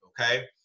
okay